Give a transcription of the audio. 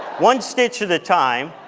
one stitch at a time,